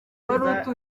wari